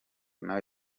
nawe